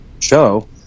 show